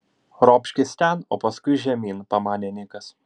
ropškis ten o paskui žemyn pamanė nikas